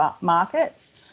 markets